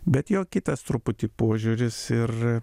bet jo kitas truputį požiūris ir